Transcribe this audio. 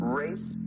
race